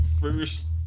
first